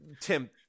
Tim